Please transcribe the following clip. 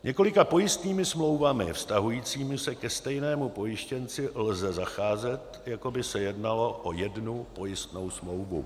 s několika pojistnými smlouvami vztahujícími se ke stejnému pojištěnci lze zacházet, jako by se jednalo o jednu pojistnou smlouvu;